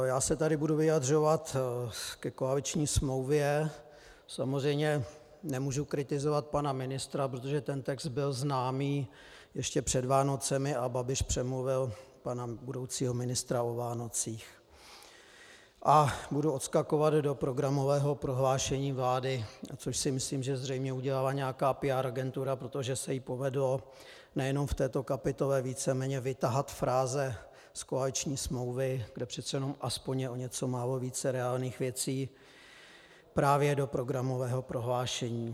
Já se tady budu vyjadřovat ke koaliční smlouvě samozřejmě nemůžu kritizovat pana ministra, protože ten text byl známý ještě před Vánocemi a Babiš přemluvil pana budoucího ministra o Vánocích a budu odskakovat do programového prohlášení vlády, což si myslím, že zřejmě udělala nějaká PR agentura, protože se jí povedlo nejenom v této kapitole víceméně vytahat fráze z koaliční smlouvy, kde přece jenom aspoň je o něco málo více reálných věcí, právě do programového prohlášení.